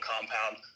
compound